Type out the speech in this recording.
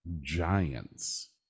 giants